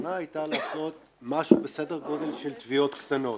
הכוונה הייתה לעשות משהו בסדר גודל של תביעות קטנות.